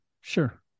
Sure